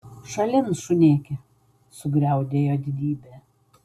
šalin šunėke sugriaudėjo didybė